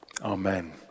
Amen